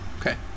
Okay